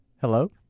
Hello